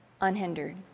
unhindered